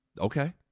Okay